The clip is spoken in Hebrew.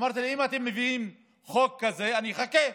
אמרתי: אם אתם מביאים חוק כזה, אני אחכה.